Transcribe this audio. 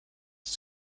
die